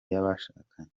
y’abashakanye